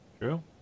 True